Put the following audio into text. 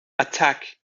attack